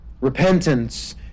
Repentance